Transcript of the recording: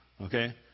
Okay